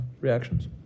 reactions